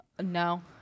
No